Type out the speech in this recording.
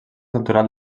natural